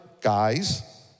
guys